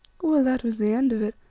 well, that was the end of it.